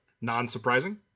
non-surprising